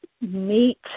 meet